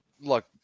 Look